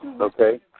Okay